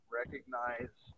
recognize